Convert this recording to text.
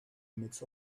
midst